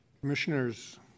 Commissioners